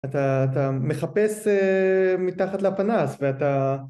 אתה מחפש מתחת לפנס, ואתה...